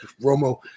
Romo